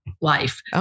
life